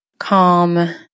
Calm